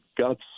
God's